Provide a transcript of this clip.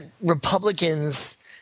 Republicans